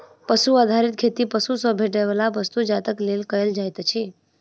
पशु आधारित खेती पशु सॅ भेटैयबला वस्तु जातक लेल कयल जाइत अछि